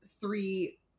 three